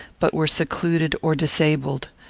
but were secluded or disabled.